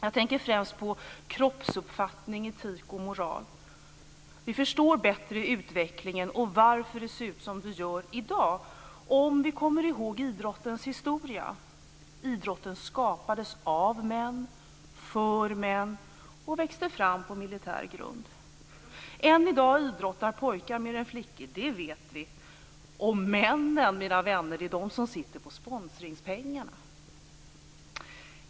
Jag tänker främst på kroppsuppfattning, etik och moral. Vi förstår bättre utvecklingen och varför det ser ut som det gör i dag om vi kommer ihåg idrottens historia. Idrotten skapades av män för män och växte fram på militär grund. Än i dag idrottar pojkar mer än flickor. Det vet vi. Och männen, mina vänner, sitter på sponsringspengarna!